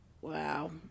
Wow